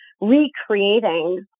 recreating